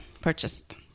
purchased